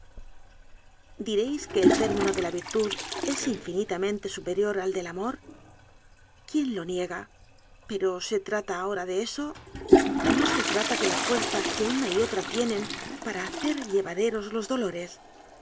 diréis que el término de la virtud es infinita mente superior al del amor quién lo niega pero se trata ahora de eso no se trata de la fuerza que una y otra tienen para hacer llevade ros los doloi'es